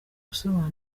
gusobanura